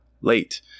late